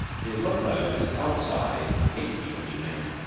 he was one of those out-size, hasty-looking men.